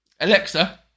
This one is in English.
Alexa